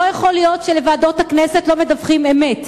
לא יכול להיות שלוועדות הכנסת לא מדווחים אמת.